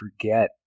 forget